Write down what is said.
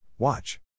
Watch